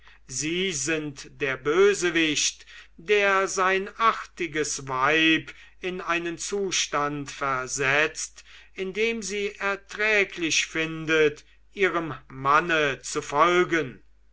sie sind der bösewicht der sein artiges weib in einen zustand versetzt in dem sie erträglich findet ihrem manne zu folgen